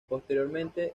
posteriormente